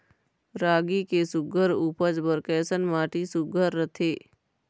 रागी के सुघ्घर उपज बर कैसन माटी सुघ्घर रथे?